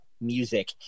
music